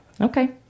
okay